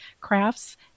crafts